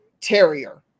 terrier